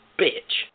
bitch